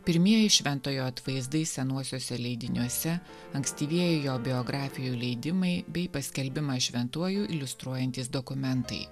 pirmieji šventojo atvaizdai senuosiuose leidiniuose ankstyvieji jo biografijų leidimai bei paskelbimą šventuoju iliustruojantys dokumentai